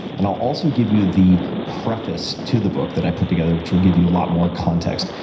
and, i'll also give you the preface to the book that i put together, which will give you a lot more context.